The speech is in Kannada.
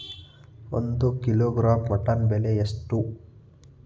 ಒಂದು ಕಿಲೋಗ್ರಾಂ ಮಟನ್ ಬೆಲೆ ಎಷ್ಟ್?